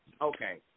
okay